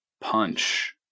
punch